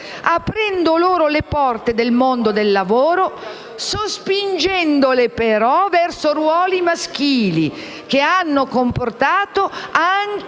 aprendo loro le porte nel mondo del lavoro sospingendole, però, verso ruoli maschili, che hanno comportato anche